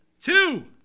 Two